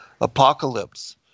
Apocalypse